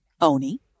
Oni